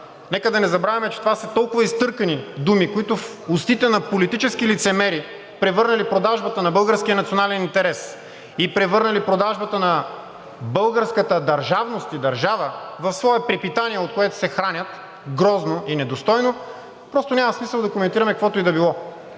нека да не забравяме, че това са толкова изтъркани думи, които в устите на политически лицемери, превърнали продажбата на българския национален интерес и превърнали продажбата на българската държавност и държава в свое препитание, от което се хранят грозно и недостойно, просто няма смисъл да коментираме каквото и да било.